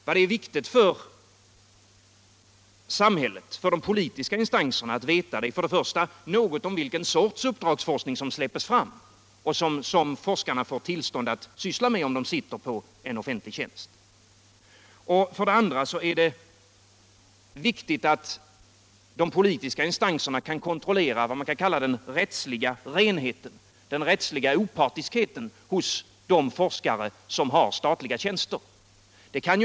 Vad som är viktigt för de politiska instanserna i samhället är för det första att veta något om vilken sorts uppdragsforskning som släppts fram och som forskarna får tillstånd att syssla med om de innehar en offentlig tjänst och för det andra att kunna kontrollera vad man kan kalla den rättsliga renheten, den rättsliga opartiskheten hos de forskare som har statliga tjänster.